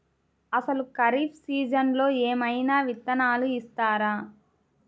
అసలు ఖరీఫ్ సీజన్లో ఏమయినా విత్తనాలు ఇస్తారా?